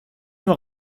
nur